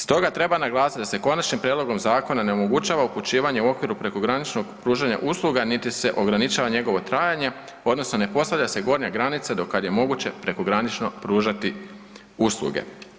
Stoga treba naglasit da se konačnim prijedlogom zakona ne omogućava upućivanje u okviru prekograničnog pružanja usluga, niti se ograničava njegovo trajanje odnosno ne postavlja se gornja granica do kad je moguće prekogranično pružati usluge.